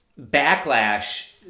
backlash